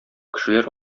кешеләр